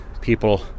people